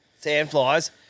Sandflies